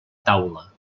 taula